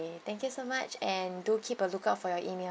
~ay thank you so much and do keep a lookout for your email